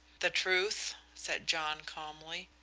the truth, said john, calmly.